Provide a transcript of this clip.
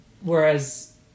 whereas